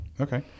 Okay